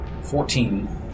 Fourteen